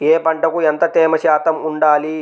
ఏ పంటకు ఎంత తేమ శాతం ఉండాలి?